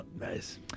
Nice